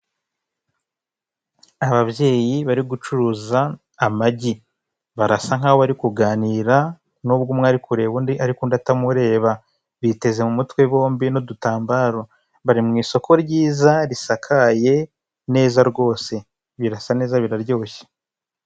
Ababyeyi bari gucuruza amagi. Barasa nk'aho bari kuganira, n'ubwo umwe ari kureba undi ariko undi akaba atamureba. Biteze mu mutwe bombi n'udutambaro, bari mu isoko ryiza risakaye neza rwose birasa neza biraryoshye.